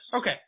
Okay